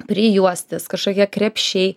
prijuostės kažkokie krepšiai